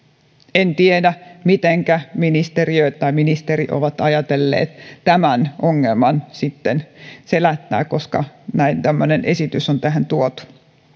en tiedä mitenkä ministeriö tai ministeri ovat ajatelleet tämän ongelman sitten selättää koska näin tämmöinen esitys on tänne tuotu